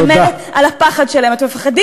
הוספתי